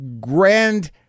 grand